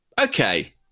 okay